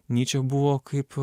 nyčė buvo kaip